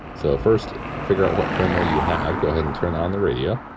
so, first, figure out what firmware you have. go ahead and turn on the radio,